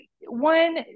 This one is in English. one